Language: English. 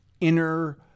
inner